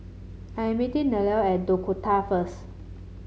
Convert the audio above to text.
I meeting Nelle at Dakota first